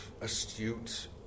astute